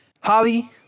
Hobby